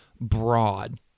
broad